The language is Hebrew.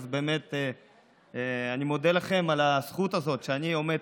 אז באמת אני מודה לכם על הזכות הזאת שאני עומד